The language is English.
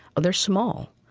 they're small.